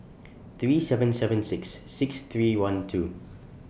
three seven seven six six three one two